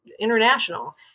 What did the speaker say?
international